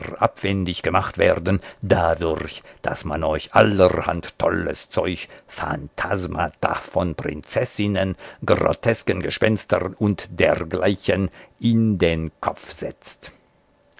abwendig gemacht werden dadurch daß man euch allerhand tolles zeug phantasmata von prinzessinnen grotesken gespenstern u dgl in den kopf setzt